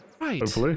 Right